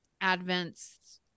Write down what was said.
Advent's